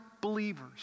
believers